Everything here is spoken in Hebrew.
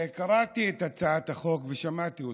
קראתי את הצעת החוק ושמעתי אותך,